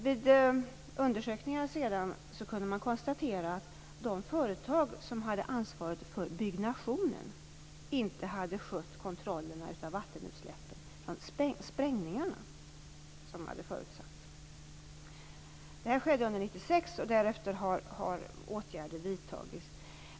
Vid undersökningar kunde man konstatera att de företag som hade ansvaret för byggnationen inte hade skött kontrollerna av vattenutsläppen från sprängningarna på ett sätt som hade förutsatts. Det här skedde under 1996, och därefter har åtgärder vidtagits.